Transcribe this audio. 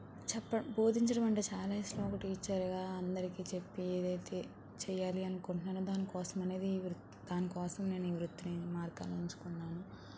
చెప్పడం బోధించడం అంటే చాలా ఇష్టం ఒక టీచర్ గా అందరికీ చెప్పి ఏదైతే చెయ్యాలి అనుకుంటున్నానో దానికోసం అనేది దానికోసం నేను ఈ వృత్తిని ఈ మార్గాన్ని ఎంచుకున్నాను